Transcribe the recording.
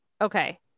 Okay